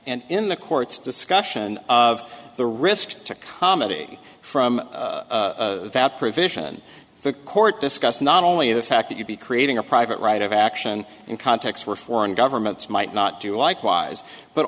and in the court's discussion of the risk to comedy from that provision the court discussed not only the fact that you'd be creating a private right of action in contexts where foreign governments might not do likewise but